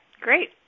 great